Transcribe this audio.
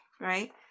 right